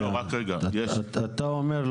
אתה אומר,